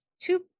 two